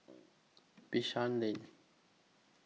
Bishan Lane